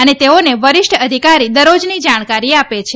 અને તેઓને વરિષ્ઠ અધિકારી દરરોજની જાણકારી આપે છે